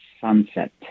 sunset